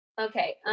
Okay